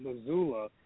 Missoula